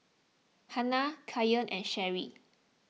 Hanna Kyan and Sherry